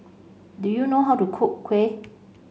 do you know how to cook Kuih